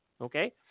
Okay